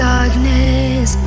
Darkness